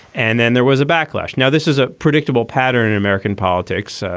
and then there was a backlash. now, this is a predictable pattern in american politics.